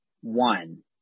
one